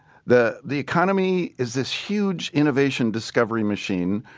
the the economy is this huge innovation discovery machine.